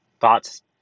Thoughts